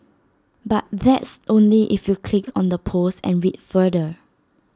but that's only if you click on the post and read further